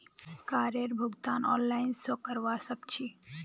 कारेर भुगतान ऑनलाइन स करवा सक छी